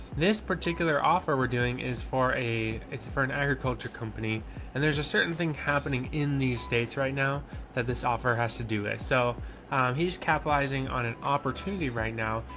this particular offer we're doing is for a, it's a for an agriculture company and there's a certain thing happening in these states right now that this offer has to do it. so he just capitalizing on an opportunity right now.